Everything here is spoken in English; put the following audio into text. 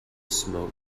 smoke